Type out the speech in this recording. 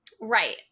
Right